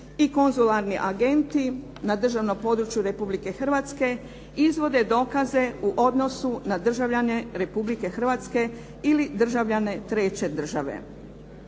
i konzularni agenti na državnom području Republike Hrvatske izvode dokaze u odnosu na državljane Republike Hrvatske ili državljane treće države.